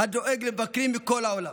הדואג למבקרים מכל העולם.